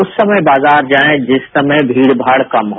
उस समय बाजार जाए जिस समय भीड़ भाड़ कम हो